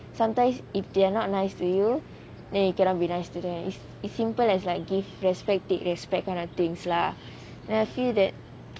sometimes if they are not nice to you then you cannot be nice to them is is simple as like give respect take respect kind of things lah then I feel that